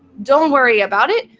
don't worry about it.